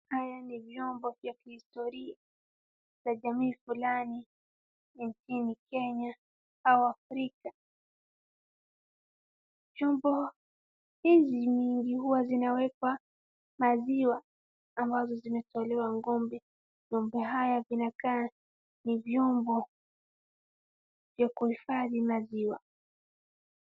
Haya ni vyombo vya kihistoria vya jamii fulani nchini kenya au africa. Vyombo hivi ni huwa zinawekwa maziwa ambayo yametolewa kwa ng'ombe, vyombo hivi vinakaa ni vyombo vya kuhifadhi maziwa.